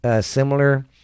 similar